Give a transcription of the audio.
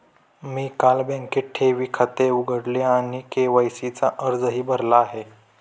मी काल बँकेत ठेवी खाते उघडले आणि के.वाय.सी चा अर्जही भरला आहे